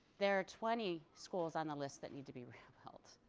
there are twenty schools on the list that need to be held.